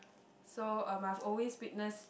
so um I've always witnessed